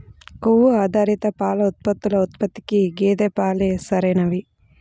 కొవ్వు ఆధారిత పాల ఉత్పత్తుల ఉత్పత్తికి గేదె పాలే సరైనవి